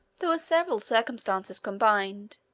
there were several circumstances combined,